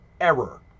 error